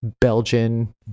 Belgian